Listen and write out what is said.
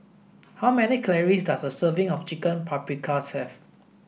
how many calories does a serving of Chicken Paprikas have